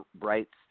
rights